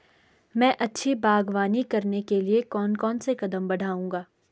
मैं अच्छी बागवानी करने के लिए कौन कौन से कदम बढ़ाऊंगा?